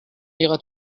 iras